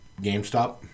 GameStop